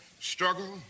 struggle